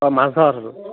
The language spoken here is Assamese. অঁ মাছ ধৰা কথাটো